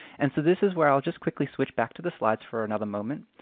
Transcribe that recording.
and so this is where i'll just quickly switch back to the slides for another moment.